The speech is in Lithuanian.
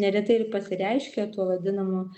neretai ir pasireiškia tuo vadinamu